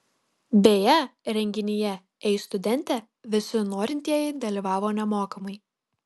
beje renginyje ei studente visi norintieji dalyvavo nemokamai